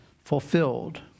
fulfilled